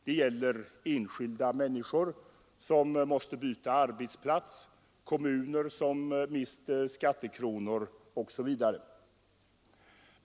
Det gäller enskilda människor som måste byta arbetsplats, kommuner som mister skattekronor, osv.